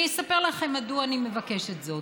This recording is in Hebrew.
אני אספר לכם מדוע אני מבקשת זאת.